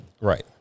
Right